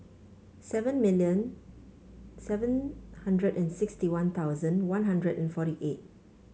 seven million seven hundred and sixty One Thousand One Hundred and forty eight